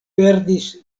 perdis